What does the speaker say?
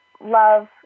love